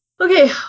Okay